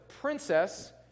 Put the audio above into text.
princess